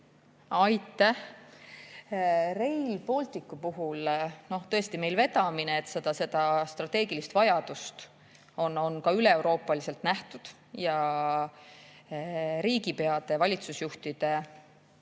Aitäh! Rail Balticu puhul on tõesti vedamine, et seda strateegilist vajadust on ka üleeuroopaliselt nähtud. Riigipeade, valitsusjuhtide